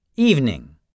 Evening